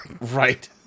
Right